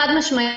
חד-משמעית.